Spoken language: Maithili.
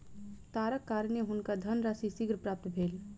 तारक कारणेँ हुनका धनराशि शीघ्र प्राप्त भेल